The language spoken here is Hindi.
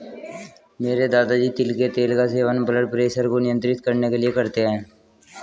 मेरे दादाजी तिल के तेल का सेवन ब्लड प्रेशर को नियंत्रित करने के लिए करते हैं